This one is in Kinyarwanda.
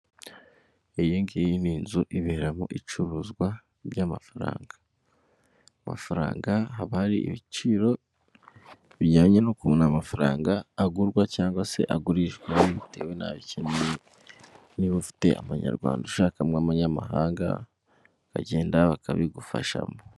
Iyi ngiyi ni inzu ibera mu icuruzwa ry'amafaranga, amafaranga haba hari ibiciro bijyanye n'ukuntu amafaranga agurwa cyangwa se agurishwa bitewe n'ayo ukeneye niba ufite amanyarwanda ushakamo abanyamahanga uragenda bakabigufashamo